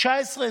2019,